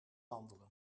wandelen